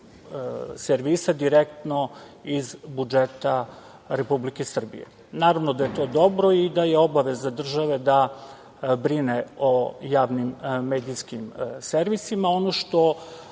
servisa direktno iz budžeta Republike Srbije. Naravno da je to dobro i da je obaveza države da brine o javnim medijskim servisima. Ono što